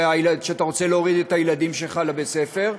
אתה רוצה להוריד את הילדים שלך לבית-הספר,